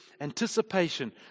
anticipation